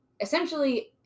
essentially